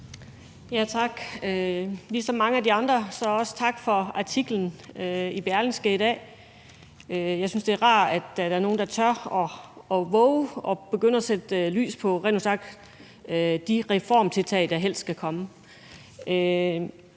(V): Tak. Ligesom mange af de andre har gjort det, vil jeg også sige tak for artiklen i Berlingske i dag. Jeg synes, det er rart, at der er nogle, der tør at vove at begynde at sætte lys på de reformtiltag, der helst skal komme.